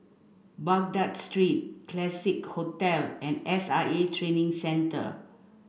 Baghdad Street Classique Hotel and S I A Training Centre